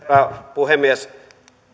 puhemies